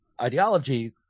ideology